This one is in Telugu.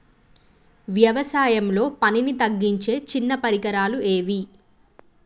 వ్యవసాయంలో పనిని తగ్గించే చిన్న పరికరాలు ఏవి?